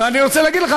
ואני רוצה להגיד לך,